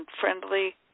friendly